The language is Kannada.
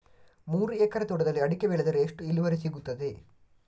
ಮೂರು ಎಕರೆ ತೋಟದಲ್ಲಿ ಅಡಿಕೆ ಬೆಳೆದರೆ ಎಷ್ಟು ಇಳುವರಿ ಸಿಗುತ್ತದೆ?